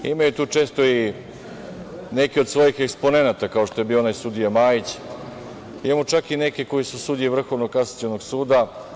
Imaju tu često i neke od svojih eksponenata, kao što je bio onaj sudija Majić, imamo čak i neke koji su sudije Vrhovnog kasacionog suda.